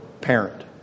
parent